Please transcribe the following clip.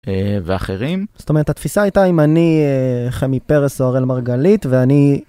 ואחרים זאת אומרת התפיסה הייתה אם אני חמי פרס או אראל מרגלית ואני...